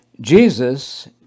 Jesus